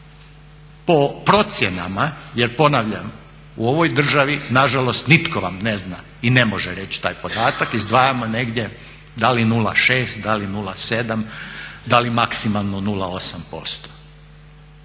po procjenama, jer ponavljam u ovoj državi na žalost nitko vam ne zna i ne može reći taj podatak izdvajamo negdje da li 0,6, da li 0,7, da li maksimalno 0,8%.